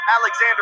Alexander